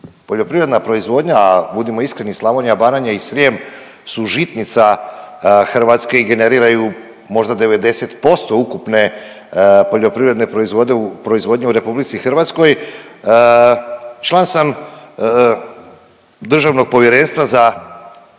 Poljoprivredna proizvodnja, budimo iskreni, Slavonija, Baranja i Srijem su žitnica Hrvatske i generiraju možda 90% ukupne poljoprivredne proizvodnje u RH, član sam Državnog povjerenstva za